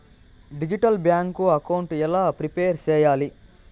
Digital bank account ఎలా prepare సెయ్యాలి?